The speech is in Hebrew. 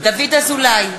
דוד אזולאי,